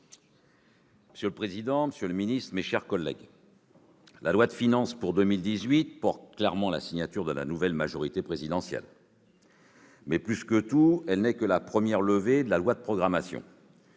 Monsieur le président, monsieur le secrétaire d'État, mes chers collègues, la loi de finances pour 2018 porte clairement la signature de la nouvelle majorité présidentielle. Mais, plus que tout, elle n'est que la première « levée » de la loi de programmation.